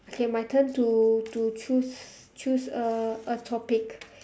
okay my turn to to choose choose a a topic